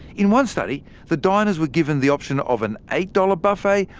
in one study the diners were given the option of an eight dollars buffet,